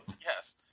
Yes